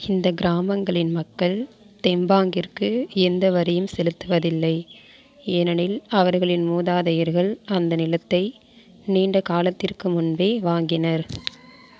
இந்த கிராமங்களின் மக்கள் தெம்பாங்கிற்கு எந்த வரியும் செலுத்துவதில்லை ஏனெனில் அவர்களின் மூதாதையர்கள் அந்த நிலத்தை நீண்ட காலத்திற்கு முன்பே வாங்கினர்